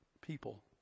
people